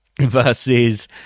versus